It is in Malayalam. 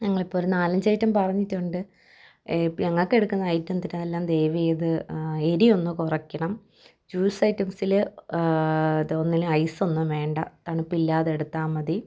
ഞങ്ങളിപ്പോൾ ഒരു നാലഞ്ച് ഐറ്റം പറഞ്ഞിട്ടുണ്ട് ഞങ്ങൾക്കെടുക്കുന്ന ഐറ്റത്തിനെല്ലാം ദയവു ചെയ്തു എരിയൊന്നു കുറയ്ക്കണം ജ്യൂസ് ഐറ്റംസിൽ ത് ഒന്നിലും ഐസൊന്നും വേണ്ട തണുപ്പില്ലാതെ എടുത്താൽ മതി